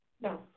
No